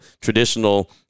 traditional